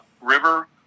river